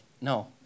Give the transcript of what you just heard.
no